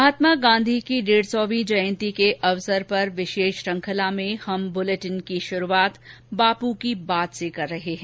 महात्मा गांधी की डेढ सौंवीं जयंती के अवसर पर विशेष श्रंखला में हम बुलेटिन का आरंभ बापू की बात से कर रहे हैं